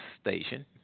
station